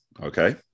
Okay